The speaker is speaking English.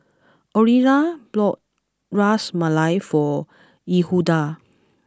Orilla bought Ras Malai for Yehuda